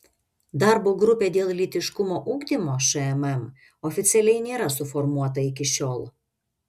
darbo grupė dėl lytiškumo ugdymo šmm oficialiai nėra suformuota iki šiol